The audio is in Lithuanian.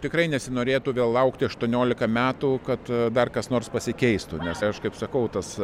tikrai nesinorėtų vėl laukti aštuoniolika metų kad dar kas nors pasikeistų nes aš kaip sakau tas